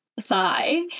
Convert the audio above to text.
thigh